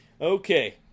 Okay